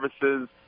services